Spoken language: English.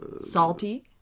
salty